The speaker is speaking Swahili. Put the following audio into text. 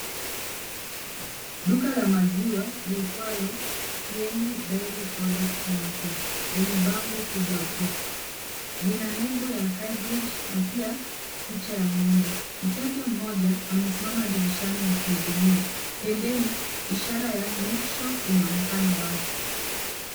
Duka la maziwa liitwalo Kieni Dairy Products Limited, lenye bango kubwa juu. Lina nembo ya Highbridge na pia picha ya ng'ombe. Mteja mmoja amesimama dirishani akihudumiwa. Pembeni, ishara ya milk shop inaonekana wazi.